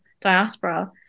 diaspora